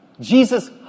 Jesus